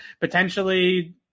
potentially